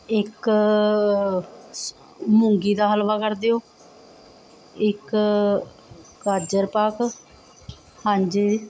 ਇੱਕ ਸ ਮੂੰਗੀ ਦਾ ਹਲਵਾ ਕਰ ਦਿਓ ਇਕ ਗਾਜਰ ਪਾਕ ਹਾਂਜੀ